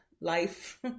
life